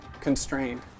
constrained